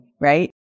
right